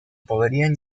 podrían